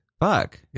Fuck